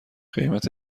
قیمت